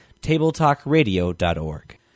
Tabletalkradio.org